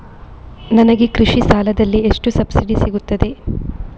ನನಗೆ ಕೃಷಿ ಸಾಲದಲ್ಲಿ ಎಷ್ಟು ಸಬ್ಸಿಡಿ ಸೀಗುತ್ತದೆ?